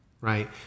right